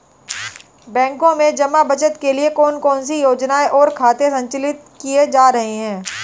बैंकों में जमा बचत के लिए कौन कौन सी योजनाएं और खाते संचालित किए जा रहे हैं?